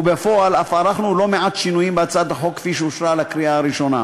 ובפועל אף ערכנו לא מעט שינויים בהצעת החוק כפי שאושרה לקריאה הראשונה.